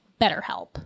BetterHelp